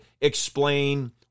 explain